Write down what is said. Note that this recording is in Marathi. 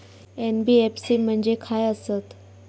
एन.बी.एफ.सी म्हणजे खाय आसत?